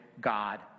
God